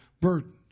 burdened